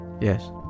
Yes